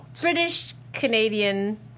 British-Canadian